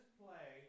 play